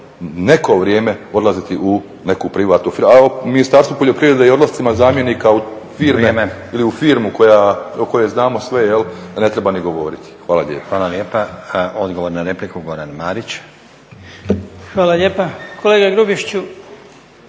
neko vrijeme odlaziti u neku privatnu firmu. A o Ministarstvu poljoprivrede i odlascima zamjenika u firme ili u firmu o kojoj znamo sve, ne treba ni govoriti. Hvala lijepa. **Stazić, Nenad (SDP)** Vrijeme. hvala lijepa. Odgovor